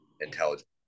intelligent